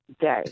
day